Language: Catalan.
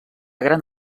gran